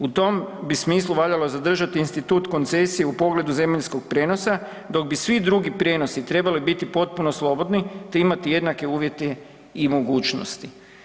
U tom bi smislu valjalo zadržati institut koncesije u pogledu zemaljskog prijenosa, dok bi svi drugi prijenosi trebali biti potpuno slobodni te imati jednake uvjete i mogućnosti.